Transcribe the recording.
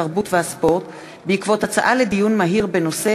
התרבות והספורט בעקבות דיון מהיר בהצעה